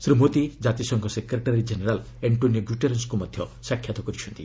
ଶ୍ରୀ ମୋଦି ଜାତିସଂଘ secretary general ଆଙ୍କୋନିଓ ଗୁଟେରସ୍କୁ ମଧ୍ୟ ସାକ୍ଷାତ୍ କରିଛନ୍ତି